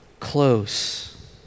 Close